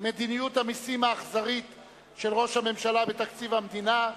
מדיניות המסים האכזרית של ראש הממשלה בתקציב המדינה,